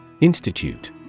Institute